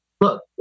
look